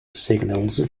signals